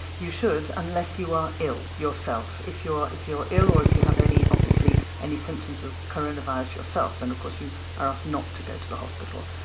you should unless you are ill yourself. if you're if you're ill or if you have any, obviously, any symptoms of coronavirus yourself then of course you are asked not to go to the hospital.